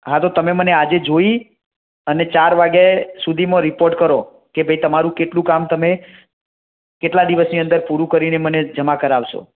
હા તો તમે મને આજે જોઈ અને ચાર વાગે સુધીમા રીપોર્ટ કરો કે ભાઈ તમારું કેટલું કામ તમે કેટલા દિવસની અંદર પૂરું કરીને મને જમા કરાવશો